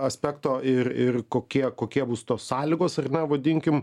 aspekto ir ir kokie kokie bus tos sąlygos ar ne vadinkim